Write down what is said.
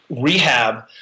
rehab